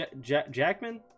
Jackman